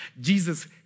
Jesus